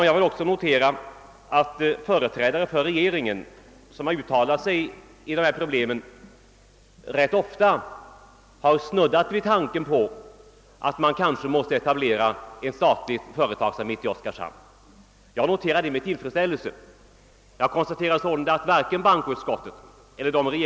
Jag vill också notera att företrädare för regeringen som har uttalat sig i detta problem ganska ofta har snuddat vid tanken på att man kanske måste etablera statlig företagsamhet i Oskarshamn. Jag noterar det med tillfredsställelse.